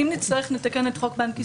אם נצטרך נתקן את חוק בנק ישראל.